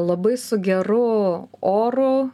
labai su geru oru